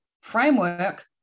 framework